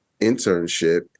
internship